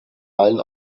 allen